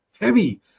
heavy